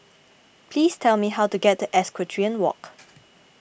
please tell me how to get to Equestrian Walk